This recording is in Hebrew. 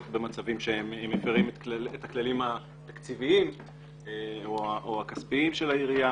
במצבים שהם מפירים את הכללים התקציביים או הכספיים של העירייה.